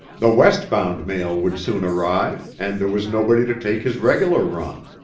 the west-bound mail would soon arrive, and there was nobody to take his regular run.